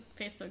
Facebook